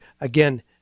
again